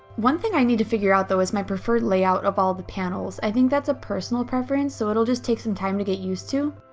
one thing i need to figure out, though, is my preferred layout of all of the panels. i think that's a personal preference, so it will just take some time to get used to.